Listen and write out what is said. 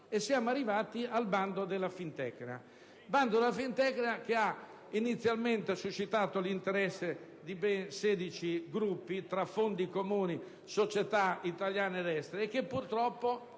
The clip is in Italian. poi arrivati al bando della Fintecna, bando che ha inizialmente suscitato l'interesse di ben 16 gruppi, tra fondi comuni e società italiane ed estere. Purtroppo,